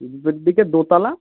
বিপরীত দিকে দোতলা